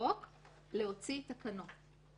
בחוק להוציא תקנות.